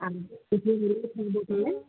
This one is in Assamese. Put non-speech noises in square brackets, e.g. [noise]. [unintelligible]